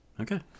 Okay